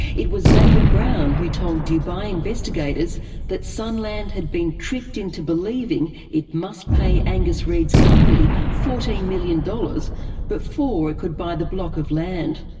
it was david brown who told dubai investigators that sunland had been tricked into believing it must pay angus reed's company fourteen million dollars before it could buy the block of land.